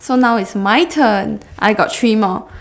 so now it's my turn I got three more